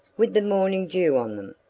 with the morning dew on them,